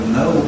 no